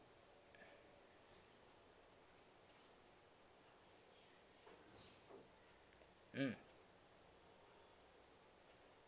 mm